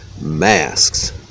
Masks